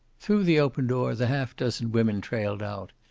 through the open door the half dozen women trailed out,